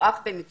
הוא אח במקצועו.